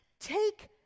Take